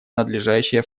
надлежащее